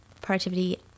productivity